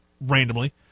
randomly